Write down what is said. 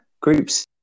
groups